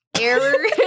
Error